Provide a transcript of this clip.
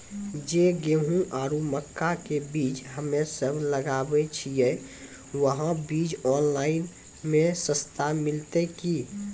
जे गेहूँ आरु मक्का के बीज हमे सब लगावे छिये वहा बीज ऑनलाइन मे सस्ता मिलते की?